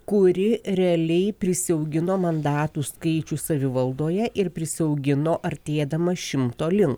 kuri realiai prisiaugino mandatų skaičių savivaldoje ir prisiaugino artėdama šimto link